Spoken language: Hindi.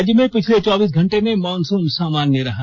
राज्य में पिछले चौबीस घंटे में मॉनसून सामान्य रहा